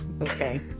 Okay